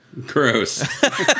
Gross